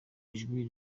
ijwi